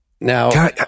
now